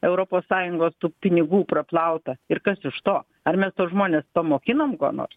europos sąjungos tų pinigų praplauta ir kas iš to ar mes tuos žmones pamokinom ko nors